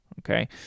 Okay